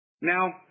Now